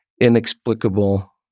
inexplicable